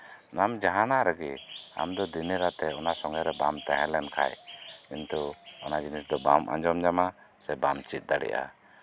ᱟᱢ ᱡᱟᱦᱟᱸᱱᱟᱜ ᱨᱮᱜᱮ ᱟᱢ ᱫᱚ ᱫᱤᱱᱮ ᱨᱟᱛᱮ ᱚᱱᱟ ᱥᱚᱝᱜᱮ ᱨᱮ ᱵᱟᱢ ᱛᱟᱦᱮᱸ ᱞᱮᱱᱠᱷᱟᱱ ᱠᱤᱱᱛᱩ ᱚᱱᱟ ᱡᱤᱱᱤᱥ ᱫᱚ ᱵᱟᱢ ᱟᱸᱡᱚᱢ ᱧᱟᱢᱟ ᱥᱮ ᱵᱟᱢ ᱪᱮᱫ ᱫᱟᱲᱮᱭᱟᱜᱼᱟ